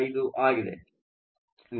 55 ಆಗಿದೆ